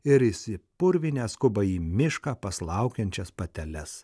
ir išsipurvinę skuba į mišką pas laukiančias pateles